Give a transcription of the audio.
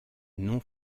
non